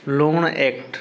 लूणु एक्ट